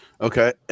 Okay